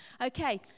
Okay